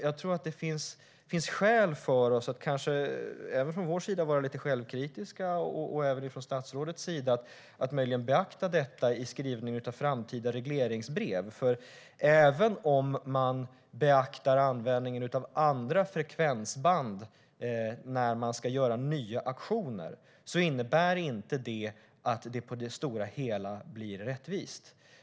Jag tror att det finns skäl att även från vår sida vara lite självkritiska och att statsrådet bör beakta detta vid skrivningen av framtida regleringsbrev. Även om man beaktar användningen av andra frekvensband när man ska göra nya auktioner innebär detta inte att det på det stora hela blir rättvist.